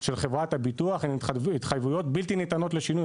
של חברת הביטוח הן התחייבויות בלתי ניתנות לשינוי,